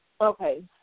Okay